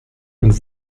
und